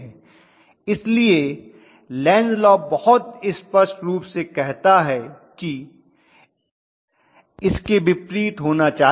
इसलिए Lenz law Lenz's law बहुत स्पष्ट रूप से कहता है कि इसके विपरीत होना चाहिए